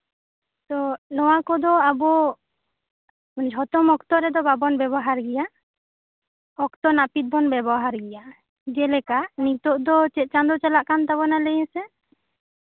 ᱛᱚ ᱱᱚᱣᱟ ᱠᱚᱫᱚ ᱟᱵᱚ ᱡᱷᱚᱛᱚᱢ ᱚᱠᱛᱚ ᱨᱮᱫᱚ ᱵᱟᱵᱚᱱ ᱵᱮᱵᱚᱦᱟᱨ ᱜᱮᱭᱟ ᱚᱠᱛᱚ ᱱᱟᱹᱯᱤᱛ ᱵᱚᱱ ᱵᱮᱵᱚᱦᱟᱨ ᱜᱮᱭᱟ ᱡᱮᱞᱮᱠᱟ ᱱᱤᱛᱚᱜ ᱫᱚ ᱪᱮᱫ ᱪᱟᱸᱫᱳ ᱪᱟᱞᱟᱜ ᱠᱟᱱ ᱛᱟᱵᱚᱱᱟ ᱞᱟᱹᱭ ᱢᱮᱥᱮ